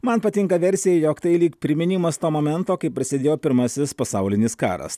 man patinka versija jog tai lyg priminimas to momento kai prasidėjo pirmasis pasaulinis karas